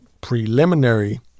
preliminary